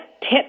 tip